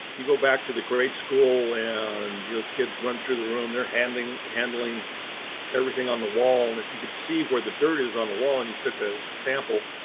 you go back to the grade school and and those kids run through the room they're handling handling everything on the wall. and if you could see where the dirt is on the wall and you took a sample.